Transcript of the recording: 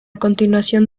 continuación